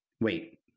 Wait